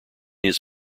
his